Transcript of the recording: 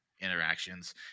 interactions